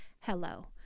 Hello